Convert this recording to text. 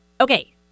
Okay